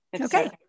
Okay